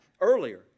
earlier